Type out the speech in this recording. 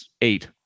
eight